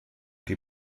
die